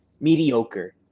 mediocre